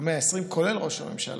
ה-120, כולל ראש הממשלה,